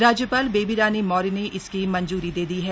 राज्यपाल बेबी रानी मौर्य ने इसकी मंज्री दे दी है